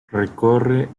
recorre